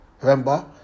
remember